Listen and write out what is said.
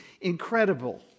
incredible